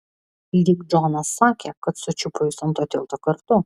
lyg džonas sakė kad sučiupo jus ant to tilto kartu